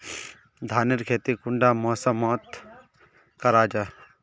धानेर खेती कुंडा मौसम मोत करा जा?